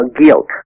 guilt